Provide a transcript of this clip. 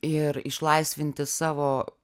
ir išlaisvinti savo